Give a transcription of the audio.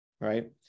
right